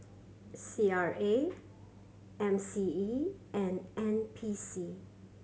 C R A M C E and N P C